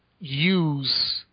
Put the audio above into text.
use